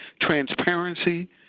transparency